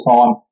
Time